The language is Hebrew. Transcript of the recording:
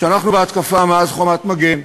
שאנחנו בהתקפה מאז "חומת מגן".